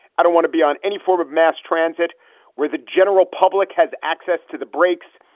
i don't want to be on any form of mass transit where the general public has access to the brakes.